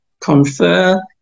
confer